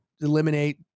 eliminate